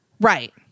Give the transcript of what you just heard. Right